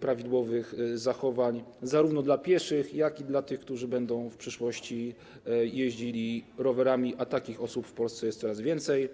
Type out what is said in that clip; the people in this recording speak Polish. prawidłowych zachowań zarówno dla pieszych, jak i dla tych, którzy będą w przyszłości jeździli rowerami, a takich osób w Polsce jest coraz więcej.